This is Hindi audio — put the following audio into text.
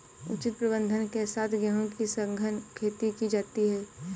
उचित प्रबंधन के साथ गेहूं की सघन खेती की जाती है